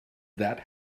that